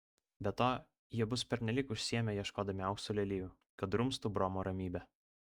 be to jie bus pernelyg užsiėmę ieškodami aukso lelijų kad drumstų bromo ramybę